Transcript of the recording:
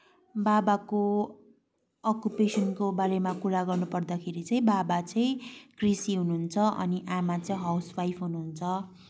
बाबाको अकुपेसनको बारेमा कुरा गर्नुपर्दाखेरि चाहिँ बाबा चाहिँ कृषि हुनुहुन्छ अनि आमा चाहिँ हाउसवाइफ हुनुहुन्छ